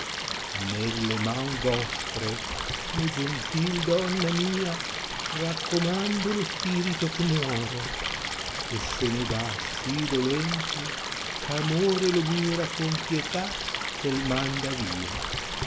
elle man vostre o gentil donna mia raccomando lo spirito che muore c se ne va sì dolente ch amore lio mira con pietà che manda via